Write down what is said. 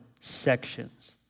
sections